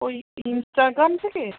ওই ইন্সটাগ্রাম থেকে